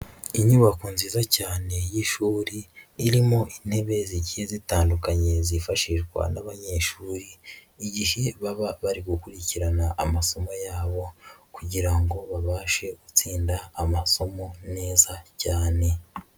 Inyubako nziza cyane y'ishuri, irimo intebe zigiye zitandukanye zifashishwa n'abanyeshuri igihe baba bari gukurikirana amasomo yabo kugira ngo babashe gutsinda amasomo neza cyane.